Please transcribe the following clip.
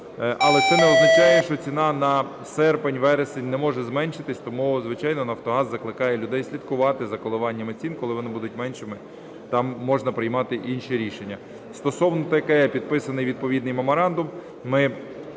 Але це не означає, що ціна на серпень, вересень не може зменшитись. Тому, звичайно, "Нафтогаз" закликає людей слідкувати за коливаннями цін. Коли вони будуть меншими, там можна приймати інші рішення. Стосовно ТКЕ, підписаний відповідний меморандум. Ми,